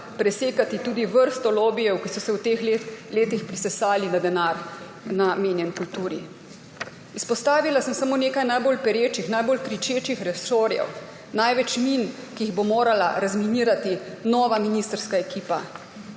presekati tudi vrsto lobijev, ki so se v teh letih prisesali na denar, namenjen kulturi. Izpostavila sem samo nekaj najbolj perečih, najbolj kričečih resorjev, največ min, ki jih bo morala razminirati nova ministrska ekipa.